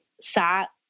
sat